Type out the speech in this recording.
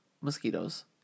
mosquitoes